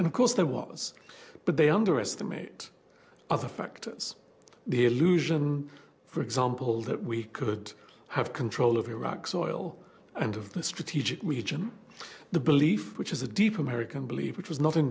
and of course there was but they underestimate other factors the illusion for example that we could have control of iraq's oil and of the strategic region the belief which is a deep american belief which was not in